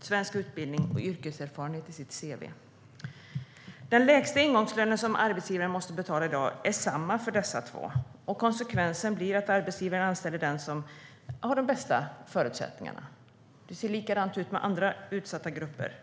svensk utbildning och yrkeserfarenhet i sitt cv. Den lägsta ingångslön som arbetsgivaren kan betala i dag är densamma för dessa två. Konsekvensen blir att arbetsgivaren anställer den som har de bästa förutsättningarna. Det ser såklart likadant ut för andra utsatta grupper.